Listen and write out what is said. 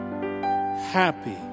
happy